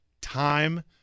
time